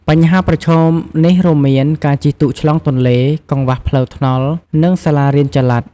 បញ្ហាប្រឈមទាំងនេះរួមមាន ការជិះទូកឆ្លងទន្លេ កង្វះផ្លូវថ្នល់ និងសាលារៀនចល័ត។